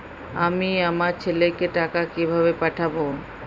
আমি আমার ছেলেকে টাকা কিভাবে পাঠাব?